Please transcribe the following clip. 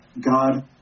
God